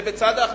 זה בצד ההכנסות,